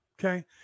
Okay